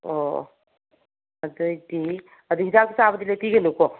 ꯑꯣ ꯑꯗꯨꯑꯣꯏꯗꯤ ꯑꯗꯨ ꯍꯤꯗꯥꯛ ꯆꯥꯕꯗꯤ ꯂꯦꯞꯄꯤꯒꯅꯨꯀꯣ